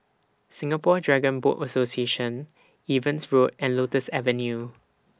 Singapore Dragon Boat Association Evans Road and Lotus Avenue